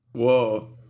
Whoa